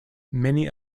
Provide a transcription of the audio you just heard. many